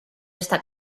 esta